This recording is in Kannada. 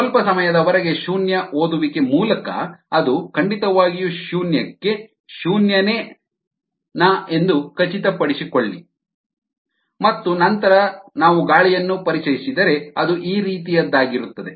ಸ್ವಲ್ಪ ಸಮಯದವರೆಗೆ ಶೂನ್ಯ ಓದುವಿಕೆ ಮೂಲಕ ಅದು ಖಂಡಿತವಾಗಿಯೂ ಶೂನ್ಯಕ್ಕೆ ಶೂನ್ಯನೇ ನಾ ಎಂದು ಖಚಿತಪಡಿಸಿಕೊಳ್ಳಿ ಮತ್ತು ನಂತರ ನಾವು ಗಾಳಿಯನ್ನು ಪರಿಚಯಿಸಿದರೆ ಅದು ಈ ರೀತಿಯದ್ದಾಗಿರುತ್ತದೆ